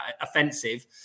offensive